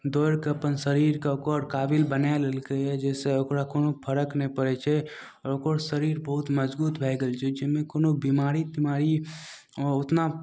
दौड़िके अपन शरीरके ओकर काबिल बनाय लेलकय हँ जाहिसँ ओकरा कोनो फरक नहि पड़य छै ओकर शरीर बहुत मजबूत भए गेल रहय छै ओइमे कोनो बीमारी तीमारी ओतना